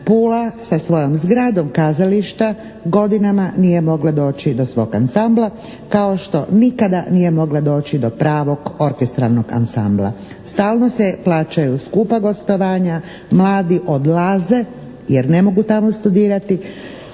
Pula sa svojom zgradom kazališta godinama nije mogla doći do svog ansambla kao što nikada nije mola doći do pravog orkestralnog ansambla. Stalno se plaćaju skupa gostovanja, mladi odlaze jer ne mogu tamo studirati,